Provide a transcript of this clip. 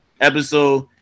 episode